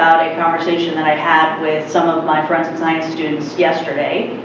um a conversation that i had with some of my forensic science students yesterday.